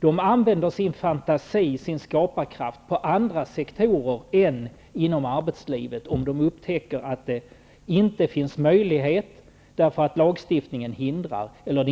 Människor använder sin fantasi och sin skaparkraft på andra sektorer än inom arbetslivet, om de upptäcker att det inte finns möjligheter att göra en insats därför att lagstiftningen hindrar det eller